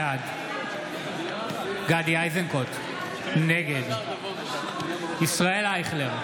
בעד גדי איזנקוט, נגד ישראל אייכלר,